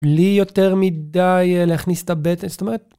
בלי יותר מדי להכניס את הבטן, זאת אומרת...